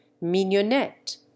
Mignonette